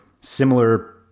similar